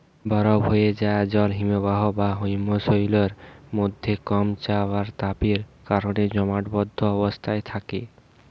বরফ হোয়ে যায়া জল হিমবাহ বা হিমশৈলের মধ্যে কম চাপ আর তাপের কারণে জমাটবদ্ধ অবস্থায় থাকে